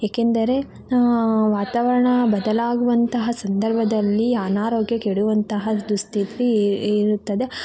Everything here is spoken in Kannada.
ಏಕೆಂದರೆ ವಾತಾವರಣ ಬದಲಾಗುವಂತಹ ಸಂದರ್ಭದಲ್ಲಿ ಅನಾರೋಗ್ಯ ಕೆಡುವಂತಹ ದುಃಸ್ಥಿತಿ ಇರುತ್ತದೆ